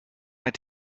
like